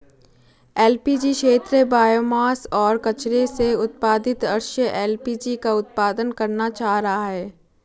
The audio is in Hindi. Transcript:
एल.पी.जी क्षेत्र बॉयोमास और कचरे से उत्पादित अक्षय एल.पी.जी का उत्पादन करना चाह रहा है